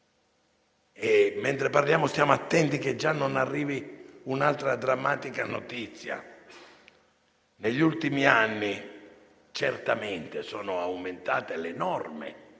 Mentre parliamo, stiamo attenti che già non arrivi un'altra drammatica notizia. Negli ultimi anni certamente sono aumentate le norme